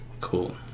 cool